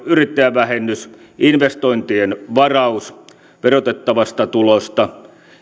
yrittäjävähennys investointien varaus verotettavasta tulosta